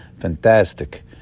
Fantastic